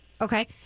Okay